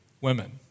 women